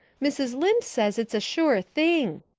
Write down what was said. mrs. lynde says it's a sure thing.